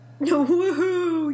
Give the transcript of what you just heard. Woohoo